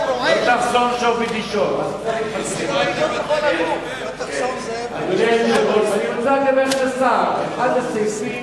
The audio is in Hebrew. אדוני היושב-ראש, אני אדבר קצר: אחד הסעיפים